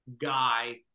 guy